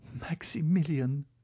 Maximilian